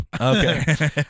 Okay